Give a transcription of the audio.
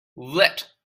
lit